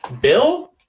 Bill